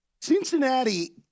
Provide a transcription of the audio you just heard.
Cincinnati